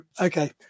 okay